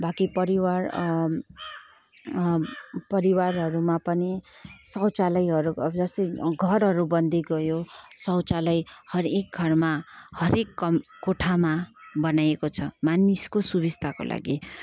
बाँकी परिवार परिवारहरूमा पनि शौचालयहरू अब जस्तै घरहरू बन्दै गयो शौचालय हरेक घरमा हरेक कम कोठामा बनाइएको छ मानिसको सुविस्ताको लागि